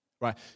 right